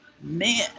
Man